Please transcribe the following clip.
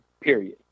Period